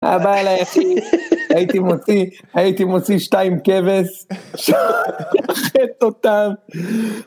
הבעל היחיד, הייתי מוציא, הייתי מוציא שתיים כבש, שוחט אותם.